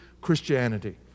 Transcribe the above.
Christianity